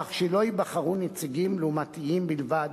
כך שלא ייבחרו נציגים לעומתיים בלבד,